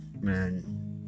man